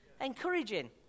encouraging